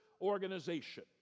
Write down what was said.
organization